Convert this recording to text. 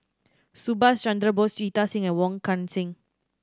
Subhas Chandra Bose Jita Singh and Wong Kan Seng